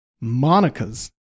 Monica's